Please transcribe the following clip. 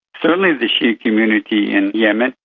certainly the shi'a community in yemen,